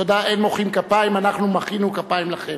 תודה, אין מוחאים כפיים, אנחנו מחאנו כפיים לכם.